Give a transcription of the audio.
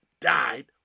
died